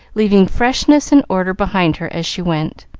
leaving freshness and order behind her as she went.